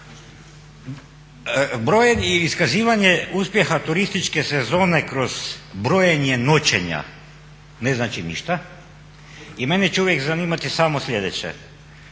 Brojem i iskazivanje turističke sezone kroz brojenje noćenja ne znači ništa i mene će uvijek zanimati samo sljedeće,